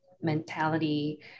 mentality